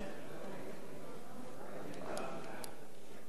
מי נמנע?